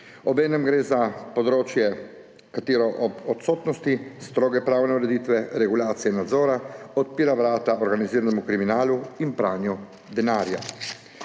Obenem gre za področje, katero ob odsotnosti stroge pravne ureditve regulacije nadzora odpira vrata organiziranemu kriminalu in pranju denarja.